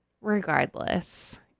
regardless